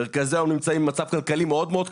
מרכזי יום נמצאים במצב כלכלי מאוד מאוד קשה,